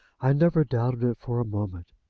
i never doubted it for a moment.